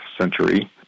century